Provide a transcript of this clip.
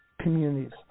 communities